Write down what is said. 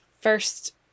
first